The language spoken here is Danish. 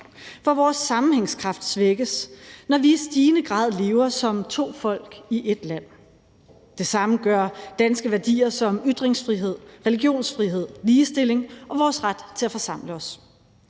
for vores sammenhængskraft svækkes, når vi i stigende grad lever som to folk i ét land. Det samme gør danske værdier som ytringsfrihed, religionsfrihed, ligestilling og vores ret til at forsamle os.